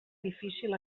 difícil